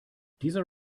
dieser